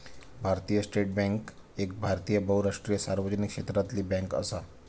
भारतीय state bank एक भारतीय बहुराष्ट्रीय सार्वजनिक क्षेत्रातली बॅन्क असा